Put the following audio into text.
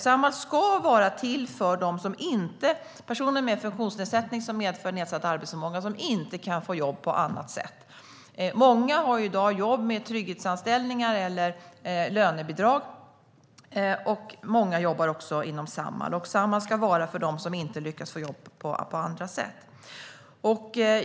Samhall ska vara till för personer med funktionsnedsättning som medför nedsatt arbetsförmåga och som inte kan få jobb på annat sätt. Många har i dag jobb med trygghetsanställningar eller lönebidrag, och många jobbar också inom Samhall. Och Samhall ska vara för dem som inte lyckas få jobb på annat sätt.